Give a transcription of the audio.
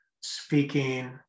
speaking